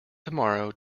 tomorrow